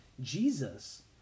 Jesus